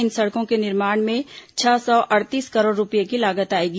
इन सड़कों के निर्माण में छह सौ अड़तीस करोड़ रूपये की लागत आएगी